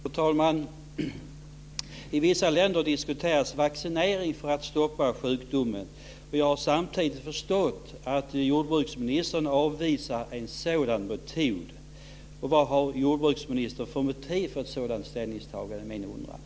Fru talman! I vissa länder diskuteras vaccinering för att stoppa sjukdomen. Samtidigt har jag förstått att jordbruksministern avvisar en sådan metod. Vad har jordbruksministern för motiv för ett sådant ställningstagande? Det är min undran.